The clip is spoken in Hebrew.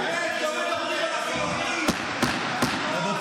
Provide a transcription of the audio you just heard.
באמת, די, לא מדברים על החילונים, רבותיי,